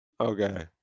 okay